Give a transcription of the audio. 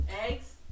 eggs